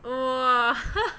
!whoa!